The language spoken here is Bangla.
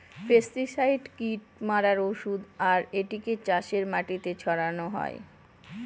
পেস্টিসাইড কীট মারার ঔষধ আর এটিকে চাষের মাটিতে ছড়ানো হয়